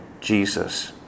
Jesus